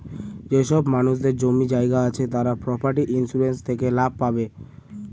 যেসব মানুষদের জমি জায়গা আছে তারা প্রপার্টি ইন্সুরেন্স থেকে লাভ পাবে